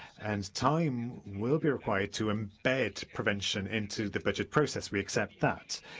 and time will be required to embed prevention into the budget process. we accept that.